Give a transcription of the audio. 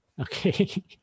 Okay